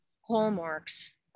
hallmarks